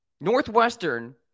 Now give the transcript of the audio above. Northwestern